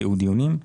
תיעוד דיונים.